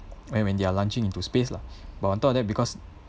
when when they're launching into space lah but on top of that because